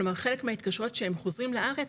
כלומר חלק מההתקשרויות שהם חוזרים לארץ,